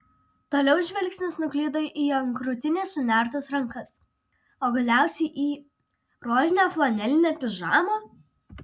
toliau žvilgsnis nuklydo į ant krūtinės sunertas rankas o galiausiai į rožinę flanelinę pižamą